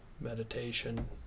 meditation